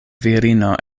virino